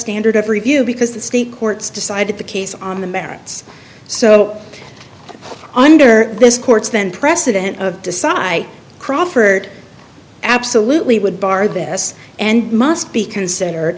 every view because the state courts decided the case on the merits so under this court's then precedent of decide crawford absolutely would bar this and must be considered